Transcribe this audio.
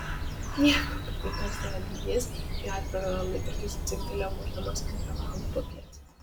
nieko piktai tarstelėjo jis kai alfredo laikrodis dzingtelėjo mušdamas antrą valandą popiet